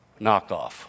knockoff